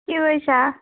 কি কৰিছা